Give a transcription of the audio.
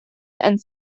and